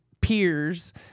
peers